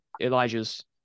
Elijah's